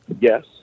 Yes